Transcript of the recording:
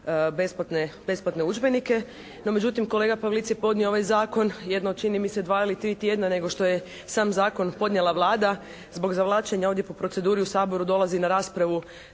besplatne udžbenike. No međutim kolega Pavlic je podnio ovaj Zakon jedno čini mi se dva ili tri tjedna nego što je sam zakon podnijela Vlada zbog zavlačenja ovdje po proceduri u Saboru dolazi na raspravu